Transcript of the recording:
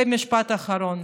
ומשפט אחרון.